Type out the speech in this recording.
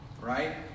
right